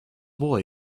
boy